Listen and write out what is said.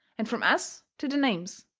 and from us to the names,